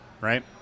right